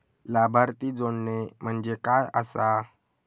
लाभार्थी जोडणे म्हणजे काय आसा?